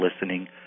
listening